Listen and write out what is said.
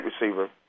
receiver